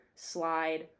slide